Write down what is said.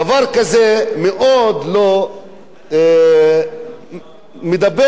מדבר לאנשים "אנטי-סוציאליים"